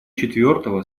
четвертого